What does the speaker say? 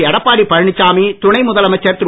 எடப்பாடி பழனிசாமி துணை முதலமைச்சர் திரு